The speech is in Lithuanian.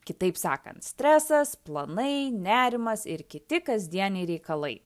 kitaip sakant stresas planai nerimas ir kiti kasdieniai reikalai